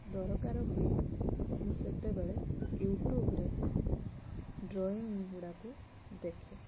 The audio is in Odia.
ଦରକାର ହୁଏ ମୁଁ ସେତେବେଳେ ୟୁଟ୍ୟୁବରେ ଡ୍ରଇଂଗୁଡ଼ାକୁ ଦେଖେ